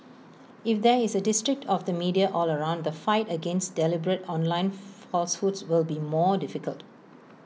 if there is A distrust of the media all around the fight against deliberate online falsehoods will be more difficult